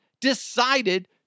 decided